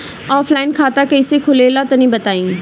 Offline खाता कइसे खुलेला तनि बताईं?